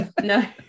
No